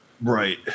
Right